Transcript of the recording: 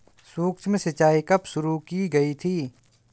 सूक्ष्म सिंचाई कब शुरू की गई थी?